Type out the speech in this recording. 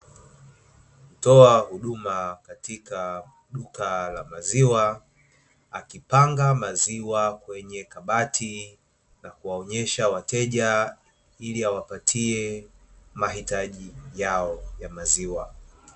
Mtoa huduma katika duka la maziwa, akipanga maziwa kwenye kabati na kuwaonyesha wateja ili awapatie mahitaji yao ya maziwa.